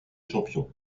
champions